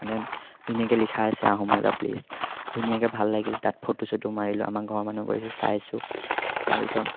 মানে ধুনীয়াকৈ লিখা আছে আহোম ৰজা প্লেচ ধুনীয়াকৈ ভাল লাগিল তাত ফটো চটো মাৰিলোঁ আমাৰ ঘৰৰ মানুহ গৈছে চাইছোঁ তাৰপিছত